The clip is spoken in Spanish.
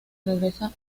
regresa